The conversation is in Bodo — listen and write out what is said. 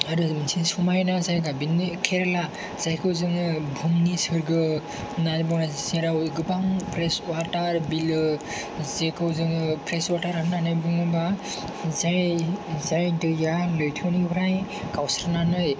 आरो मोनसे समायना जायगा बेनो केरेला जायखौ जोङो भुमनि सोरगो होननानै बुङो जेराव गोबां फ्रेश वाटार बिलो जेखौ जोङो फ्रेश वाटार होनानै बुङोबा जाय दैया लैथोनिफ्राय गावस्रानानै